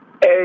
Hey